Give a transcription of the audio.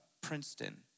Princeton